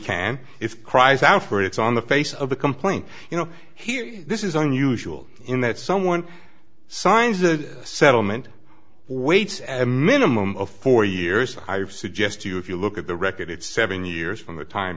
can if cries out for it it's on the face of the complaint you know here this is unusual in that someone signs a settlement waits and minimum of four years i have suggest to you if you look at the record it's seven years from the time